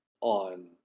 on